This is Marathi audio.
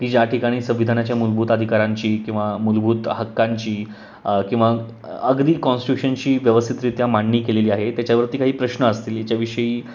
की ज्या ठिकाणी संविधानाच्या मूलभूत अधिकारांची किंवा मूलभूत हक्कांची किंवा अगदी कॉन्स्टिट्युशनची व्यवस्थितरित्या मांडणी केलेली आहे त्याच्यावरती काही प्रश्न असतील याच्याविषयी